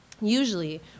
Usually